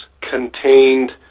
contained